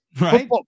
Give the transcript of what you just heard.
right